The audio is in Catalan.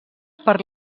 per